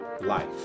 life